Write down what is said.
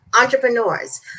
Entrepreneurs